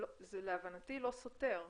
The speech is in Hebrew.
להבנתי, זה לא סותר.